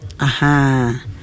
Aha